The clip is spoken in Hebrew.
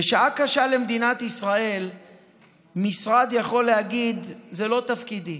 בשעה קשה למדינת ישראל המשרד יכול להגיד: זה לא תפקידי.